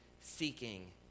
seeking